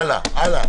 הלאה.